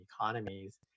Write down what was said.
economies